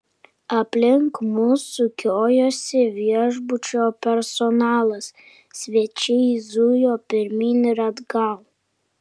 aplink mus sukiojosi viešbučio personalas svečiai zujo pirmyn ir atgal